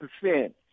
percent